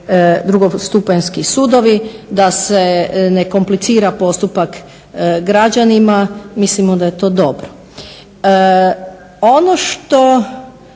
drugostupanjski sudovi, da se ne komplicira postupak građanima. Mislimo da je to dobro. ono što